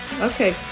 Okay